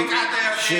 לא בקעת הירדן ולא,